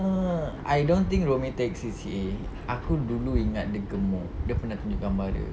uh I don't think rumi take C_C_A aku dulu ingat dia gemuk dia pernah tunjuk gambar dia